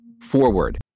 forward